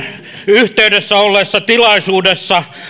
yhteydessä olleessa tilaisuudessa